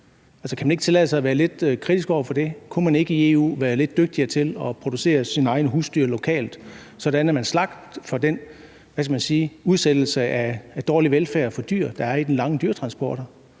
kan man så ikke tillade sig at være lidt kritisk over for det? Kunne man ikke i EU være lidt dygtigere til at producere sine egne husdyr lokalt, sådan at man slap for udsætte dyrene for den dårlige velfærd, som de lange dyretransporter